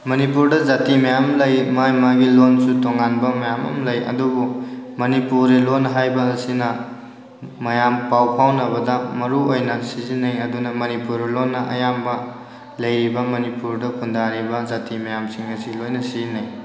ꯃꯅꯤꯄꯨꯔꯗ ꯖꯥꯇꯤ ꯃꯌꯥꯝ ꯑꯃ ꯂꯩ ꯃꯥꯒꯤ ꯃꯥꯒꯤ ꯂꯣꯟꯁꯨ ꯇꯣꯉꯥꯟꯕ ꯃꯌꯥꯝ ꯑꯃ ꯂꯩ ꯑꯗꯨꯕꯨ ꯃꯅꯤꯄꯨꯔꯤ ꯂꯣꯟ ꯍꯥꯏꯕ ꯑꯁꯤꯅ ꯃꯌꯥꯝ ꯄꯥꯎ ꯐꯥꯎꯅꯕꯗ ꯃꯔꯨ ꯑꯣꯏꯅ ꯁꯤꯖꯤꯟꯅꯩ ꯑꯗꯨꯅ ꯃꯅꯤꯄꯨꯔꯤ ꯂꯣꯟꯅ ꯑꯌꯥꯝꯕ ꯂꯩꯔꯤꯕ ꯃꯅꯤꯄꯨꯔꯗ ꯈꯨꯟꯗꯥꯔꯤꯕ ꯖꯥꯇꯤ ꯃꯌꯥꯝꯁꯤꯡ ꯑꯁꯤ ꯂꯣꯏꯅ ꯁꯤꯖꯤꯟꯅꯩ